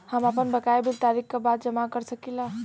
हम आपन बकाया बिल तारीख क बाद जमा कर सकेला?